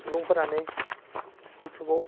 सुबुंफोरानो इउटुबाव